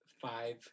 five